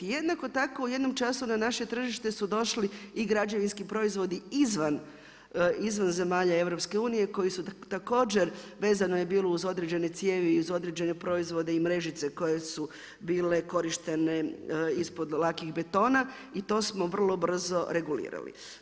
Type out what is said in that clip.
Jednako tako u jednom času na naše tržište su došli i građevinski proizvodi izvan zemalja EU koji su također, vezano je bilo uz određene cijevi i uz određene proizvode i mrežice koje su bile korištene ispod lakih betona i to smo vrlo brzo regulirali.